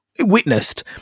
witnessed